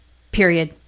period.